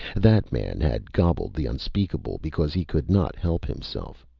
that man had gobbled the unspeakable because he could not help himself,